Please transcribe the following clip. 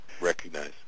recognize